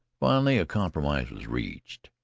finally a compromise was reached.